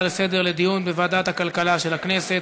לסדר-היום לדיון בוועדת הכלכלה של הכנסת.